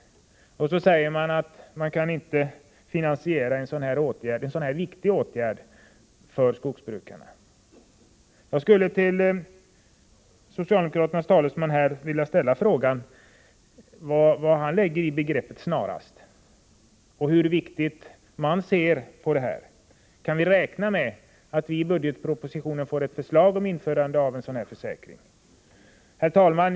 Och så säger man att man inte kan finansiera en sådan här viktig åtgärd för skogsbrukarna! Men jag skulle till socialdemokraternas talesman här vilja ställa frågan vad han lägger i begreppet snarast och hur viktigt man anser att det är att få till stånd ett trygghetspaket för skogsbrukare. Kan vi räkna med att vi i budgetpropositionen får ett förslag om införande av en sådan här försäkring? Herr talman!